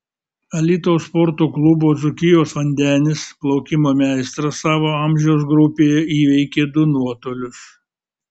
alytaus sporto klubo dzūkijos vandenis plaukimo meistras savo amžiaus grupėje įveikė du nuotolius